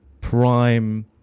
prime